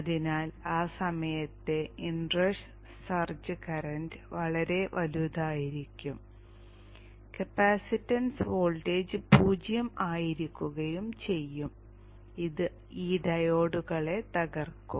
അതിനാൽ ആ സമയത്തെ ഇൻ റഷ് സർജ് കറന്റ് വളരെ വലുതായിരിക്കും കപ്പാസിറ്റൻസ് വോൾട്ടേജ് പൂജ്യം ആയിരിക്കുകയും ചെയ്യും ഇത് ഈ ഡയോഡുകളെ തകർക്കും